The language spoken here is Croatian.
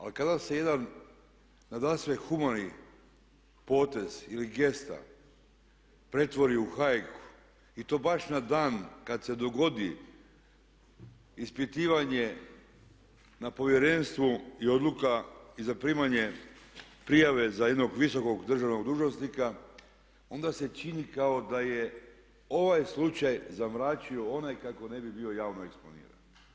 A kada se jedan nadasve humani potez ili gesta pretvori u hajku i to baš na dan kad se dogodi ispitivanje na Povjerenstvu i odluka i zaprimanje prijave za jednog visokog državnog dužnosnika, onda se čini kao da je ovaj slučaj zamračio onaj kako ne bi bio javno eksponiran.